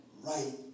right